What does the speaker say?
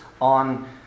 on